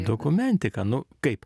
dokumentika nu kaip